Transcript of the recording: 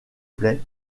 play